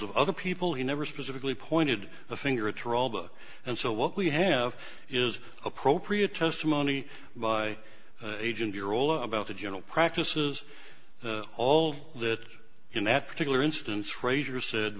of other people he never specifically pointed a finger at or all the and so what we have is appropriate testimony by age and you're all about the general practices all that in that particular instance frazier said